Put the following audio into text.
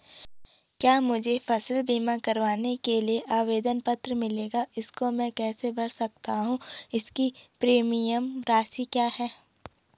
क्या मुझे फसल बीमा करवाने के लिए आवेदन पत्र मिलेगा इसको मैं कैसे भर सकता हूँ इसकी प्रीमियम राशि क्या है?